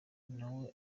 nawe